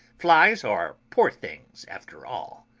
flies are poor things, after all!